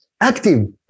active